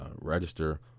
register